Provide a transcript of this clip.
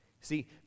See